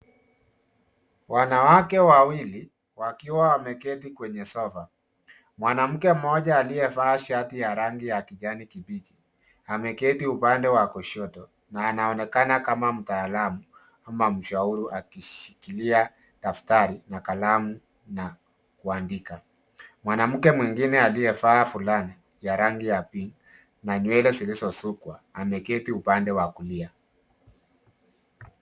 Wanawake wawili wakiwa wameketi kwenye sofa. Mwanamke mmoja alievaa shati ya rangi ya kijani kibichi, ameketi upande wa kushoto na anaonekana kama mtalamu ama mshauri akishikilia daftari na kalamu na kuandika. Mwanamke mwingine alievaa fulana ya rangi ya pinki na nywele zilizo sukwa, ameketi upande wakulia.